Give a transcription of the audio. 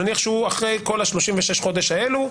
נניח שהוא אחרי כל 36 חודשים האלו,